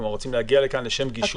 כלומר רוצים להגיע לכאן לשם גישוש.